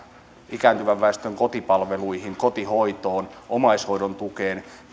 ikääntyvän väestön kotipalveluihin kotihoitoon omaishoidon tukeen